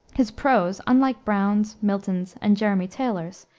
his prose, unlike browne's, milton's, and jeremy taylor's,